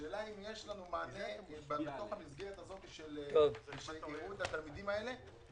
השאלה אם יש לנו מענה בתוך המסגרת הזאת שיראו את התלמידים האלה,